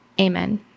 Amen